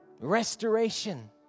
restoration